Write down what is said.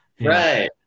Right